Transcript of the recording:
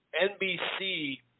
NBC